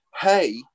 hey